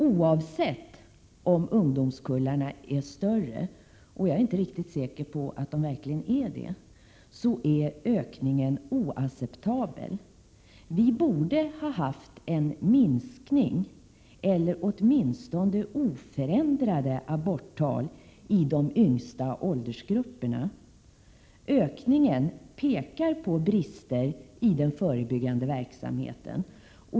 Oavsett om ungdomskullarna är större, och jag är inte riktigt säker på att de är det, är ökningen oacceptabel. Vi borde haft en minskning eller åtminstone oförändrade aborttal i de yngsta åldersgrupperna. Ökningen pekar på brister i den förebyggande verksamheten.